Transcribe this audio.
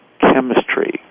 chemistry